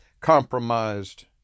compromised